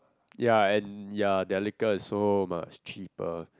ya and ya their liquor is so much cheaper